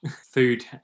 food